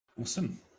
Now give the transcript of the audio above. Awesome